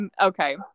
Okay